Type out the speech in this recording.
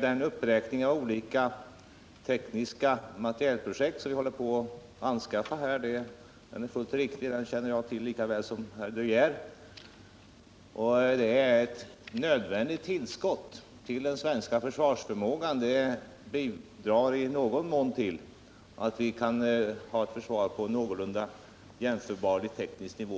Den uppräkning av olika tekniska materielprojekt som vi sysslar med är fullt riktig — den känner jag till lika väl som herr De Geer gör. Detta är ett nödvändigt tillskott till den svenska försvarsförmågan och bidrar i någon mån till att vi kan ha vårt försvar på en teknisk nivå som är någorlunda jämställd